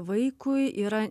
vaikui yra